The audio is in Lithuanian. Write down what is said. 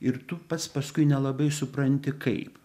ir tu pats paskui nelabai supranti kaip